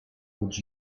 would